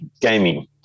gaming